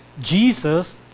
Jesus